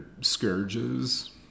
scourges